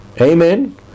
Amen